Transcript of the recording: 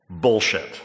Bullshit